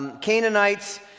Canaanites